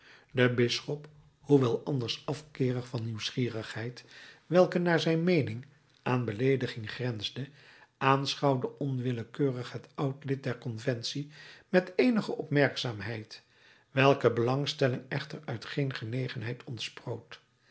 de bisschop hoewel anders afkeerig van nieuwsgierigheid welke naar zijn meening aan beleediging grensde aanschouwde onwillekeurig het oud lid der conventie met eenige opmerkzaamheid welke belangstelling echter uit geen genegenheid ontsproot